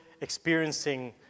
experiencing